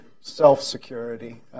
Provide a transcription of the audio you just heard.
self-security